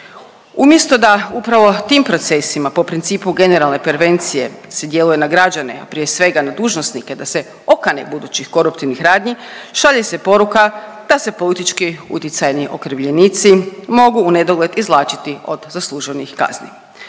Umjesto da upravo tim procesima po principu generalne prevencije se djeluje na građane, prije svega na dužnosnike da se okane budućih koruptivnih radnji, šalje se poruka da se politički utjecajni okrivljenici, mogu u nedogled izvlačiti od zasluženih kazni.